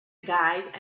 guide